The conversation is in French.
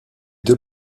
deux